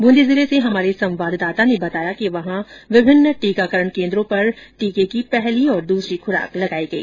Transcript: बूंदी जिले से हमारे संवाददाता ने बताया कि वहां विभिन्न टीकाकरण केन्द्रों पर टीके की पहली और दूसरी खुराक लगाई गई